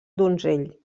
donzell